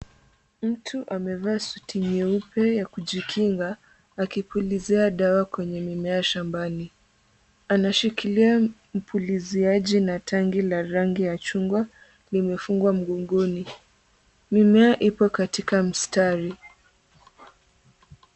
Mtu amevaa suti nyeupe ya kujikinga akipulizia dawa kwenye mimea shambani. Anashikilia mpuliziaji na tangi la rangi ya chungwa limefungwa mgongoni. Mimea ipo katika mstari.